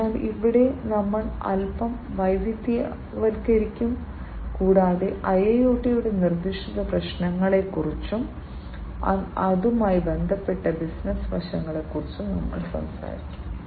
അതിനാൽ അവിടെ ഞങ്ങൾ അൽപ്പം വൈവിധ്യവൽക്കരിക്കും കൂടാതെ IIoT യുടെ നിർദ്ദിഷ്ട പ്രശ്നങ്ങളെക്കുറിച്ചും അതുമായി ബന്ധപ്പെട്ട ബിസിനസ്സ് വശങ്ങളെക്കുറിച്ചും ഞങ്ങൾ സംസാരിക്കും